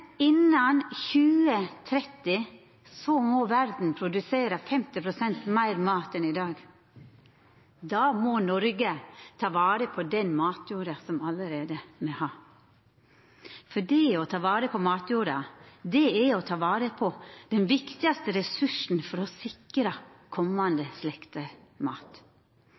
Innan 2030 må verda produsera 50 pst. meir mat enn i dag. Då må Noreg ta vare på den matjorda som me allereie har. Det å ta vare på matjorda er å ta vare på den viktigaste ressursen for å sikra komande slekter mat.